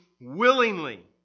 willingly